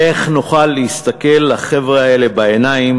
איך נוכל להסתכל לחבר'ה האלה בעיניים